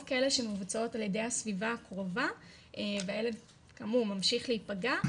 כאלה שמבוצעות על ידי הסביבה הקרובה והילד כאמור ממשיך להיפגע,